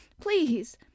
please